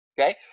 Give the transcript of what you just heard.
okay